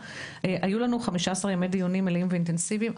היו לנו 15 ימי דיונים מלאים ואינטנסיביים.